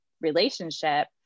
relationship